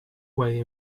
way